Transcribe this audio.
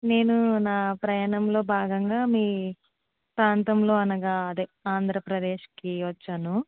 నేను నా ప్రయాణంలో భాగంగా మీ ప్రాంతంలో అనగా అదే ఆంధ్రప్రదేశ్కి వచ్చాను